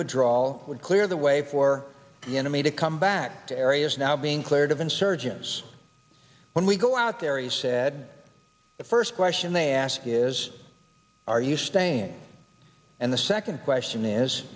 withdrawal would clear the way for the enemy to come back to areas now being cleared of insurgents when we go out there he said the first question they ask is are you staying and the second question is